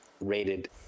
rated